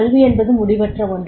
கல்வி என்பது முடிவற்ற ஒன்று